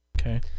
Okay